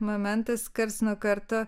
momentas karts nuo karto